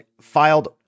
filed